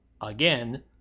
Again